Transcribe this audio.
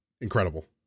incredible